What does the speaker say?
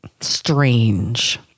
strange